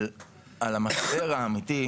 העניין האמיתי,